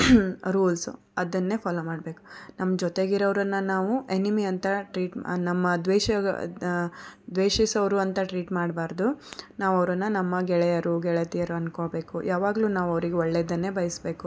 rules ಅದನ್ನೇ follow ಮಾಡಬೇಕು ನಮ್ಮ ಜೊತೆಗೆ ಇರೋರನ್ನು ನಾವು ಎನಿಮಿ ಅಂತ ಟ್ರೀಟ್ ನಮ್ಮ ದ್ವೇಷ ದ್ವೇಷಿಸೋರು ಅಂತ ಟ್ರೀಟ್ ಮಾಡಬಾರ್ದು ನಾವು ಅವರನ್ನು ನಮ್ಮ ಗೆಳೆಯರು ಗೆಳತಿಯರು ಅಂದ್ಕೊಳ್ಬೇಕು ಯಾವಾಗಲೂ ನಾವು ಅವರಿಗೆ ಒಳ್ಳೆಯದನ್ನೆ ಬಯಸಬೇಕು